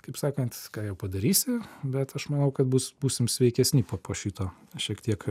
kaip sakant ką jau padarysi bet aš manau kad bus būsim sveikesni po šito šiek tiek